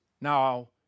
now